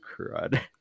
crud